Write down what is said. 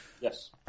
Yes